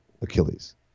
Achilles